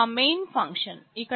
ఇది నా main function